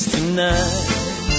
Tonight